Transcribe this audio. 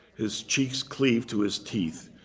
his cheeks cleaved to his teeth.